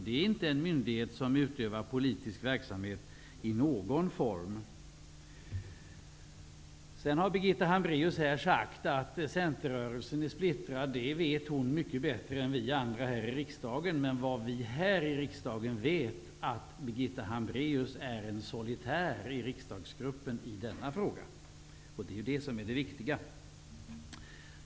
Det är inte en myndighet som utövar politisk verksamhet i någon form. Birgitta Hambraeus har sagt att Centerrörelsen är splittrad. Det vet hon mycket bättre än vi andra här i riksdagen, men vad vi här i riksdagen vet är att Birgitta Hambraeus är en solitär i riksdagsgruppen i denna fråga. Det är det som är det viktiga.